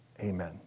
Amen